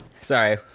Sorry